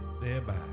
thereby